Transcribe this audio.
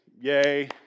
Yay